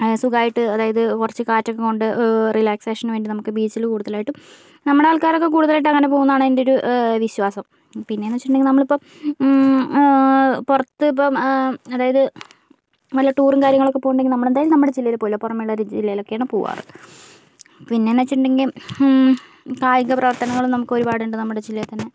സുഖമായിട്ട് അതായത് കുറച്ച് കാറ്റൊക്കെ കൊണ്ട് റിലാക്സേഷന് വേണ്ടി നമുക്ക് ബീച്ചിൽ കൂടുതലായിട്ടും നമ്മുടെ ആൾക്കാരൊക്കെ കൂടുതലായിട്ടും അങ്ങനെ പോകുമെന്നാണ് എൻ്റെ ഒരു വിശ്വാസം പിന്നെ എന്ന് വെച്ചിട്ടുണ്ടെങ്കിൽ നമ്മളിപ്പം പുറത്ത് ഇപ്പം അതായത് വല്ല ടൂറും കാര്യങ്ങളൊക്കെ പോകുന്നുണ്ടെങ്കിൽ അപ്പോൾ എന്തായാലും നമ്മുടെ ജില്ലയിൽ പോകില്ല പുറമേയുള്ള ജില്ലയിലൊക്കെയാണ് പോകാറ് പിന്നെ എന്ന് വെച്ചിട്ടുണ്ടെങ്കിൽ കായിക പ്രവർത്തനങ്ങൾ നമുക്ക് ഒരുപാടുണ്ട് നമ്മുടെ ജില്ലയിൽ തന്നെ